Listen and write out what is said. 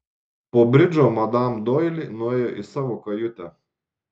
po bridžo madam doili nuėjo į savo kajutę